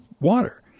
water